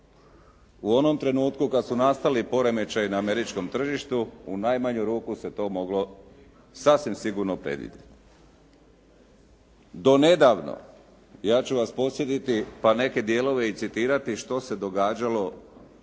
u onom trenutku kad su nastali poremećaji na američkom tržištu u najmanju ruku se to moglo sasvim sigurno predvidjeti. Do nedavno, ja ću vas podsjetiti pa neke dijelove i citirati što se događalo ovdje